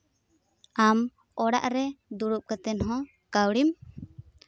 ᱟᱢ ᱚᱲᱟᱜ ᱨᱮ ᱫᱩᱲᱩᱵ ᱠᱟᱛᱮᱫ ᱦᱚᱸ ᱠᱟᱹᱣᱰᱤᱢ